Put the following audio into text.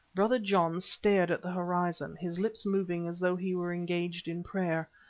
brother john stared at the horizon, his lips moving as though he were engaged in prayer,